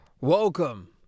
Welcome